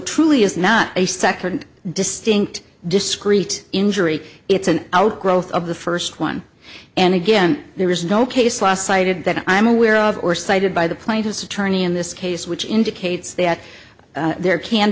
truly is not a second distinct discrete injury it's an outgrowth of the first one and again there is no case law cited that i am aware of or cited by the plaintiff's attorney in this case which indicates that there can